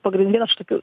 pagrindinė aš tokių